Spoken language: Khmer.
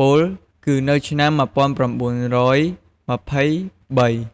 ពោលគឺនៅឆ្នាំ១៩២៣។